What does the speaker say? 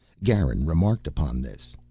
garin remarked upon this.